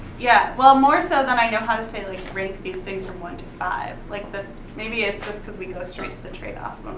yeah, well, more so than i know how to say, like, rate these things from one to five. like maybe it's just cause we go straight to the trade-offs